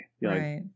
Right